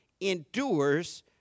endures